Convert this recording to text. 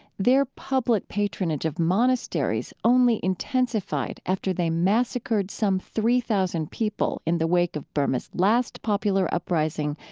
their public patronage of monasteries only intensified after they massacred some three thousand people in the wake of burma's last popular uprising,